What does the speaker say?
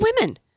women